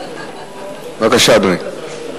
בבקשה, אדוני.